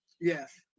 Yes